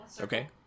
Okay